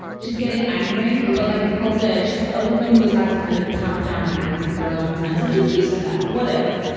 she's getting angry but like nicole said, she's a woman who has had to kind of tamp down her anger for a long time. so she's used to that, whatever.